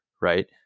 right